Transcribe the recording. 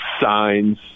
signs